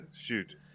shoot